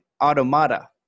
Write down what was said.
automata